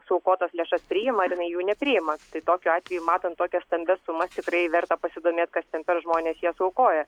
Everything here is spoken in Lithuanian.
suaukotas lėšas priima ar jinai jų nepriima tai tokiu atveju matant tokias stambias sumas tikrai verta pasidomėt kas ten per žmonės jas aukoja